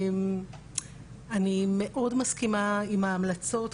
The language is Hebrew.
אני מאד מסכימה עם ההמלצות,